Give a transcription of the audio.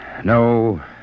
No